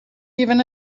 even